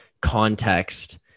context